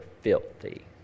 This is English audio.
filthy